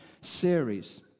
series